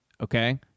okay